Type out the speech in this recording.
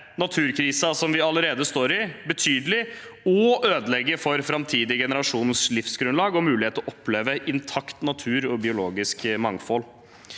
naturkrisen vi allerede står i, og ødelegge for framtidige generasjoners livsgrunnlag og mulighet til å oppleve intakt natur og biologisk mangfold.